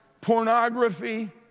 pornography